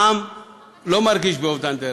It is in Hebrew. העם לא מרגיש באובדן דרך.